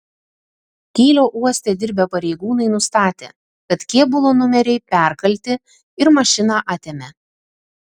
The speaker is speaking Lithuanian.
kylio uoste dirbę pareigūnai nustatė kad kėbulo numeriai perkalti ir mašiną atėmė